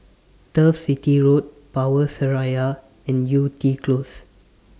Turf City Road Power Seraya and Yew Tee Close